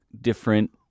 different